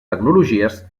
tecnologies